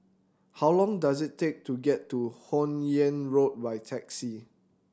how long does it take to get to Hun Yeang Road by taxi